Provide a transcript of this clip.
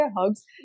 hugs